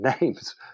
names